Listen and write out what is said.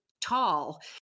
tall